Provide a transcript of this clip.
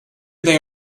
they